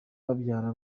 babyara